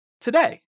today